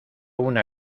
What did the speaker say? una